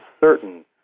certain